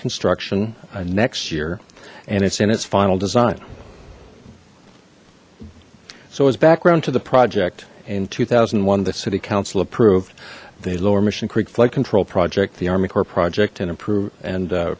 construction next year and it's in its final design so as background to the project in two thousand and one that city council approved the lower mission creek flood control project the army corps project and improved and